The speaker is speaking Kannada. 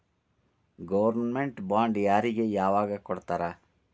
ಗೊರ್ಮೆನ್ಟ್ ಬಾಂಡ್ ಯಾರಿಗೆ ಯಾವಗ್ ಕೊಡ್ತಾರ?